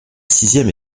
sixième